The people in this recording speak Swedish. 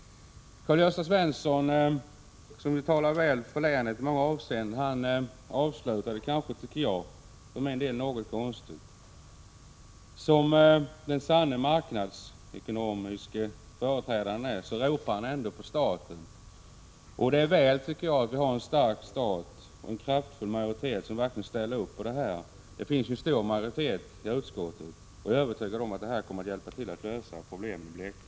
Karl-Gösta Svenson, som talade väl för länet i många avseenden, avslutade sitt anförande på ett kanske något underligt sätt. Som den sant marknadsekonomiske företrädare han är ropade han ändå på staten. Det är väl att vi har en stark stat och en kraftfull majoritet som verkligen ställer upp. Det finns en stark majoritet i utskottet, och jag är övertygad om att förslaget kommer att medverka till att lösa problemen i Blekinge.